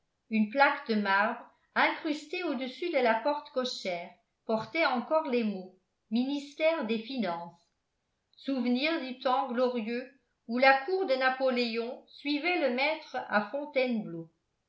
une plaque de marbre incrustée au-dessus de la porte cochère portait encore les mots ministère des finances souvenir du temps glorieux où la cour de napoléon suivait le maître à fontainebleau